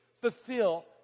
fulfill